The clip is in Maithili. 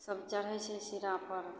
सब चढ़ै छै सिरापर